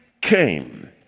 came